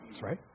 right